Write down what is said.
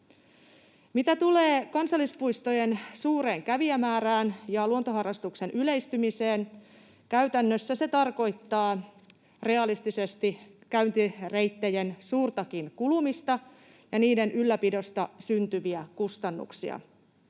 Mitä tulee kansallispuistojen suureen kävijämäärään ja luontoharrastuksen yleistymiseen, käytännössä se tarkoittaa realistisesti käyntireittien suurtakin kulumista ja niiden ylläpidosta syntyviä kustannuksia.